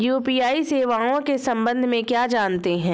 UPI सेवाओं के संबंध में क्या जानते हैं?